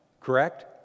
Correct